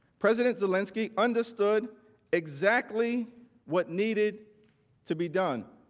president zelensky understood exactly what needed to be done.